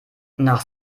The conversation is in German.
nach